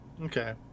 Okay